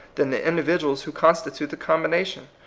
than the individuals who constitute the combination.